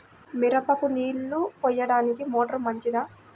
మిరపకు నీళ్ళు పోయడానికి మోటారు మంచిదా?